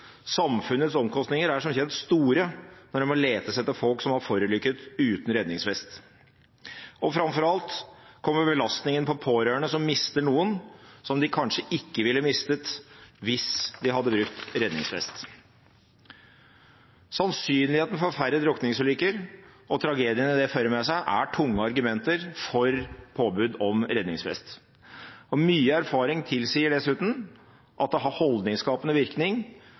Samfunnets omkostninger er som kjent store når det må letes etter folk som har forulykket uten redningsvest. Framfor alt kommer belastningen på pårørende, som mister noen som de kanskje ikke ville mistet hvis de hadde brukt redningsvest. Sannsynligheten for færre drukningsulykker og tragediene det fører med seg, er tunge argumenter for påbud om redningsvest. Mye erfaring tilsier dessuten at det har holdningsskapende virkning